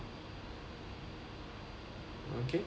okay